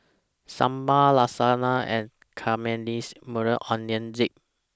Sambar Lasagna and Caramelized Maui Onion Dip